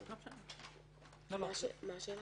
מה השאלה?